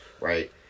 right